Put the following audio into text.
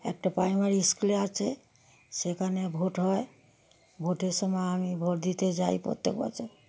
একটা প্রাইমারি স্কুলে আছে সেখানে ভোট হয় ভোটের সময় আমি ভোট দিতে যাই প্রত্যেক বছর